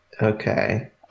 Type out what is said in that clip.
Okay